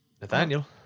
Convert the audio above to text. Nathaniel